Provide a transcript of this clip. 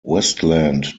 westland